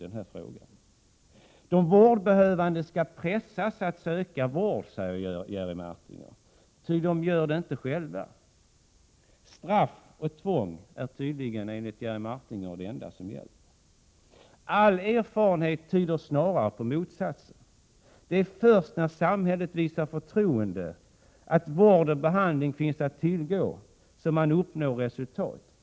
De vårdbehövande skall pressas att söka vård, säger Jerry Martinger, ty de gör det inte själva. Straff och tvång är tydligen enligt Jerry Martinger det enda som hjälper. All erfarenhet tyder snarare på motsatsen. Det är först när samhället visar ett förtroende, visar att vård och behandling finns att tillgå, som man uppnår resultat.